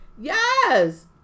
yes